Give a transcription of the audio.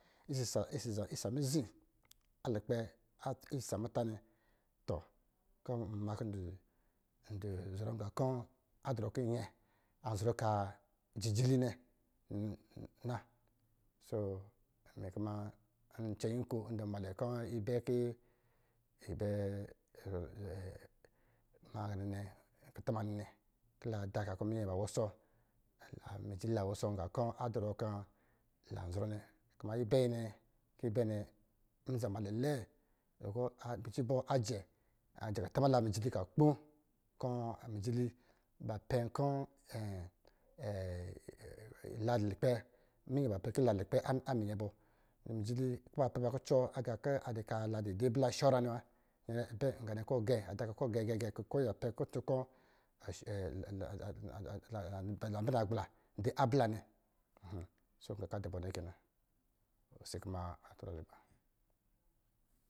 Isa za isa mizi lukpɛ isa muta nnɛ ndɔ zɔrɔ gā kɔ̄ adɔrɔ kɔ̄ nɛ zɔrɔ kaa jijili nnɛ na ncɛ okɔ̄, ndɔ̄ nmalɛ magā nnɛ kutuma ninnɛ kɔ̄ la da ka kɔ̄ minyɛ ba wɔsɔ, mijili ba wɔsɔ gā kɔ̄ adɔrɔ kɔ̄ ba wusɔ nnɛ ibɛ yi kɔ̄ yibɛ nnɛ nza nmale lɛɛ kucɔ ibɔ ajɛ kutuma mijili kɔ̄ akpo kɔ̄ mijili ba pɛ kɔ̄ minyɛ ba pɛ kɔ̄ la dɔ lukpɛ minyɛ bɔ a dɔ̄ ka la dɔ̄ dɔ̄ ablɛla shɔra nnɛ wa, nyɛ bɛ ngā kɔ̄ gɛ, ada oka kɔ̄ gɛgɛ konyɛ apɛ kutu kɔ̄ labɛ na gbla dɔ ablɛ la nnɛ